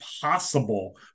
possible